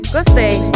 Gostei